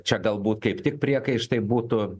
čia galbūt kaip tik priekaištai būtų